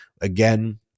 Again